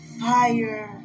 fire